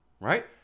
right